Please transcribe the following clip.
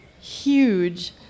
huge